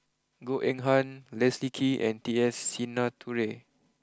Goh Eng Han Leslie Kee and T S Sinnathuray